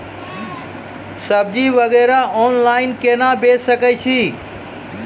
सब्जी वगैरह ऑनलाइन केना बेचे सकय छियै?